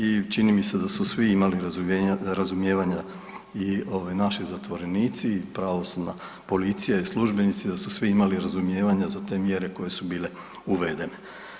I čini mi se da su svi imali razumijevanja i ovaj naši zatvorenici i pravosudna policija i službenici, da su svi imali razumijevanja za te mjere koje su bile uvedene.